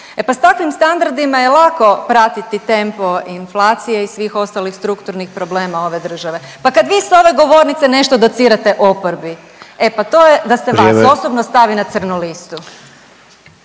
s takvim standardima je lako pratiti tempo i inflacije i svih ostalih strukturnih problema ove države. Pa kad vi s ove govornice nešto docirate oporbi e pa to je da se vas osobno …/Upadica: